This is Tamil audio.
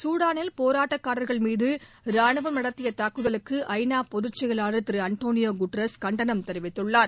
சூடாளில் போராட்டக்காரர்கள் மீது ராணுவம் நடத்திய தாக்குதலுக்கு ஐநா பொதுச் செயலாளர் திரு அன்ட்டானியா குட்ரோஸ் கண்டனம் தெரிவித்துள்ளார்